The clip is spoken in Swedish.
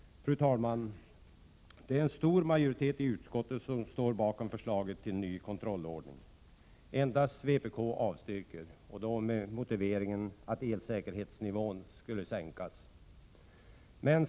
Fru talman! Det är en stor majoritet i utskottet som står bakom förslaget till ny kontrollordning. Endast vpk avstyrker förslaget, med motiveringen att elsäkerhetsnivån skulle sänkas.